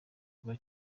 kuba